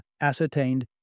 ascertained